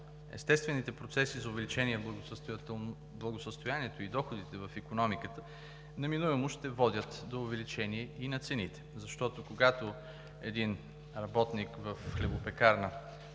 естествените процеси за увеличение благосъстоянието и доходите в икономиката неминуемо ще водят до увеличение и на цените. Защото, когато един работник в хлебопекарна